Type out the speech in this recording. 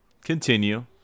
Continue